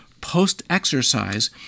post-exercise